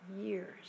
years